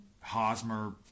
Hosmer